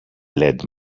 led